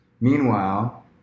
Meanwhile